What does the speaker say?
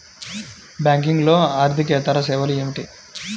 బ్యాంకింగ్లో అర్దికేతర సేవలు ఏమిటీ?